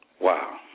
Wow